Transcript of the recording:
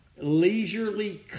leisurely